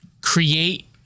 create